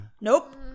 Nope